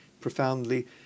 profoundly